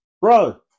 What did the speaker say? bro